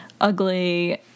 ugly